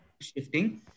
shifting